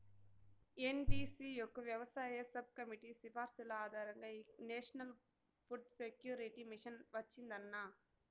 NDC యొక్క వ్యవసాయ sub committee సిఫార్సుల ఆధారంగా ఈ నేషనల్ ఫుడ్ సెక్యూరిటీ మిషన్ వచ్చిందన్న